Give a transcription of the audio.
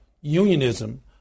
unionism